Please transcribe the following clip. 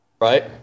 Right